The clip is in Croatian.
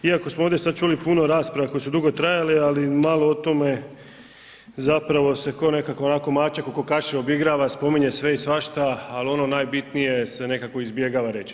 Iako smo ovdje sada čuli puno rasprava koje su dugo trajale ali malo o tome zapravo se kao nekakav onako mačak oko kaše obigrava, spominje sve i svašta ali ono najbitnije se nekako izbjegava reći.